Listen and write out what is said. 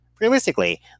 realistically